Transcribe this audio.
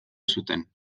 zuten